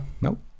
Nope